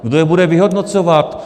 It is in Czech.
Kdo je bude vyhodnocovat?